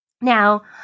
Now